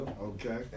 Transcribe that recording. Okay